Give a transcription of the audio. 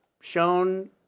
shown